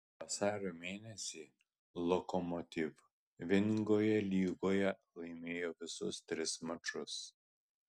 vasario mėnesį lokomotiv vieningoje lygoje laimėjo visus tris mačus